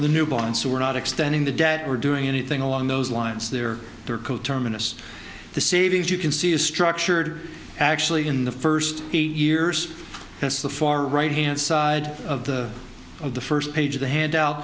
of the new bond so we're not extending the debt or doing anything along those lines there are coterminous the savings you can see is structured actually in the first eight years that's the far right hand side of the of the first page of the handout